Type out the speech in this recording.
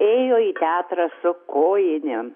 ėjo į teatrą su kojinėm